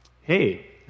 hey